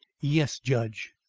yes, judge.